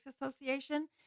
Association